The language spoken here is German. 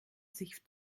sich